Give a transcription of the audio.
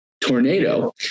tornado